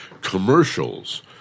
commercials